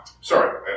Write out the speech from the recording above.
sorry